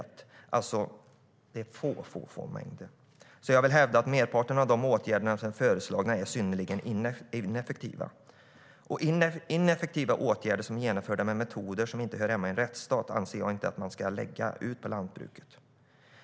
Det är alltså ytterst små mängder. Jag vill hävda att merparten av de åtgärder som är föreslagna är synnerligen ineffektiva. Ineffektiva åtgärder som är genomförda med metoder som inte hör hemma i en rättsstat anser jag inte att man ska lägga ut på lantbruket.